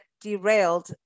derailed